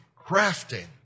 crafting